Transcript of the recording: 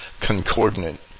concordant